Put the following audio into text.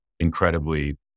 incredibly